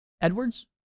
edwards